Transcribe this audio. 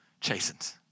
chastens